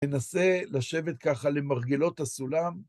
ננסה לשבת ככה למרגלות הסולם.